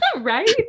Right